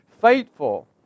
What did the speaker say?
Faithful